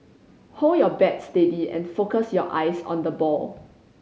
hold your bat steady and focus your eyes on the ball